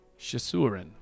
shasurin